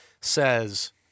says